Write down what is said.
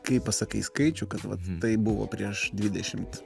kai pasakai skaičių kad vat tai buvo prieš dvidešimt